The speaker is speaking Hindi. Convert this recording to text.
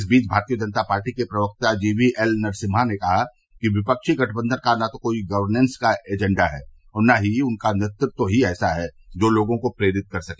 इस बीच भारतीय जनता पार्टी के प्रवक्ता जीवीएल नरसिम्हा ने कहा कि विपक्षी गठबंधन का न तो कोई गवर्नेस का एजेंडा है और न ही उनका नेतत्व ही ऐसा है जो लोगों को प्रेरित कर सके